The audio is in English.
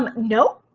um no.